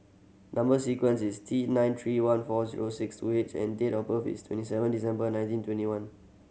number sequence is T nine three one four zero six two H and date of birth is twenty seven December nineteen twenty one